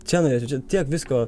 čia nueit čia tiek visko